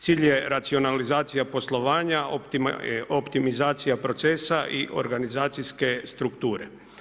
Cilj je racionalizacija poslovanja, optimizacija procesa i organizacijske strukture.